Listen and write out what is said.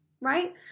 right